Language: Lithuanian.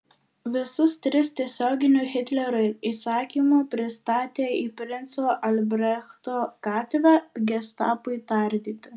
visus tris tiesioginiu hitlerio įsakymu pristatė į princo albrechto gatvę gestapui tardyti